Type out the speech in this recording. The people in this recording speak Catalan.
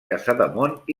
casademont